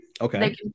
Okay